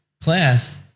Class